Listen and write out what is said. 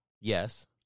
yes